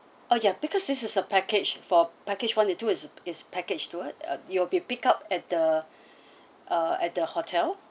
oh ya because this is a package for package one and two it's it's package tour uh you'll be pick up at the uh at the hotel